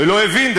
ולא הבין,